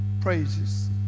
praises